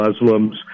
Muslims